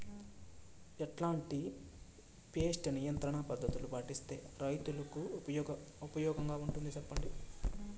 ఎట్లాంటి పెస్ట్ నియంత్రణ పద్ధతులు పాటిస్తే, రైతుకు ఉపయోగంగా ఉంటుంది సెప్పండి?